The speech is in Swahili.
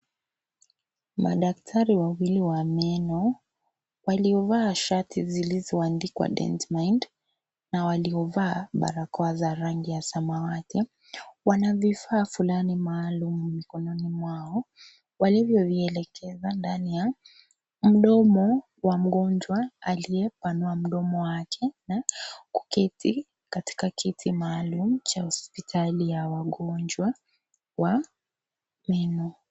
Madaktari wawili wa meno, waliovaa shati zilizoandikwa Dent Mind na waliovaa barakoa za rangi ya samawati, wana vifaa fulani maalumu mikononi mwao, walivyovielekeza ndani ya mdomo wa mgonjwa aliyepanua mdomo wake, kuketi katika kiti maalum cha hospitali ya wagonjwa wa meno.